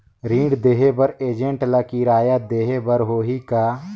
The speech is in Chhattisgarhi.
ऋण देहे बर एजेंट ला किराया देही बर होही का?